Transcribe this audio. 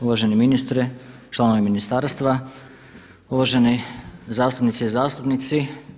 Uvaženi ministre, članovi ministarstva, uvaženi zastupnici i zastupnice.